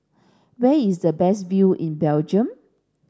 where is the best view in Belgium